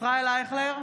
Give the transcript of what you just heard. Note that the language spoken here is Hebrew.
ישראל אייכלר,